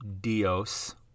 dios